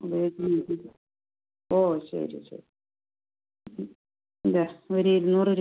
ഉപയോഗിച്ച് നോക്കീട്ട് ഓ ശരി ശരി അത് ഇല്ല ഒരു ഇരുന്നൂറ്